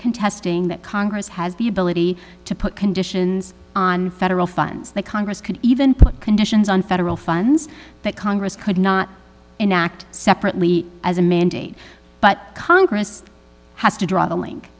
contesting that congress has the ability to put conditions on federal funds the congress could even put conditions on federal funds that congress could not enact separately as a mandate but congress has to draw the link